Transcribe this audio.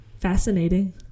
fascinating